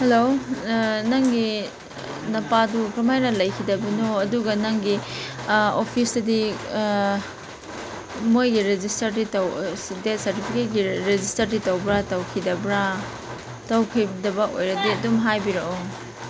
hello ꯅꯪꯒꯤ ꯅꯄꯥꯗꯨ ꯀꯔꯝ ꯍꯥꯏꯅ ꯂꯩꯈꯤꯗꯕꯅꯣ ꯑꯗꯨꯒ ꯅꯪꯒꯤ ꯑꯣꯐꯤꯁꯇꯗꯤ ꯃꯣꯏꯒꯤ ꯔꯦꯖꯤꯁꯇꯔꯗꯤ ꯗꯦꯠ ꯁꯥꯔꯇꯤꯐꯤꯀꯦꯠꯀꯤ ꯔꯦꯖꯤꯁꯇꯔꯗꯤ ꯇꯧꯕ꯭ꯔꯥ ꯇꯧꯈꯤꯗꯕ꯭ꯔꯥ ꯇꯧꯈꯤꯗꯕ ꯑꯣꯏꯔꯗꯤ ꯑꯗꯨꯝ ꯍꯥꯏꯕꯤꯔꯛꯑꯣ